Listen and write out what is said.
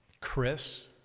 Chris